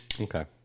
Okay